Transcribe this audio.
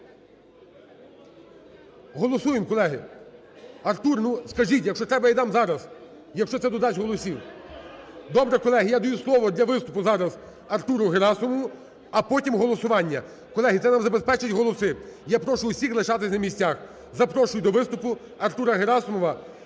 Голосуємо, колеги? Артур ну скажіть, якщо треба, я дам зараз, якщо це додасть голосів. Добре, колеги, я даю слово для виступу зараз Артуру Герасимову, а потім – голосування. Колеги, це нам забезпечить голоси. Я прошу усіх лишатися на місцях. Запрошую до виступу Артура Герасимова,